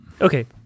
Okay